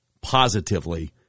positively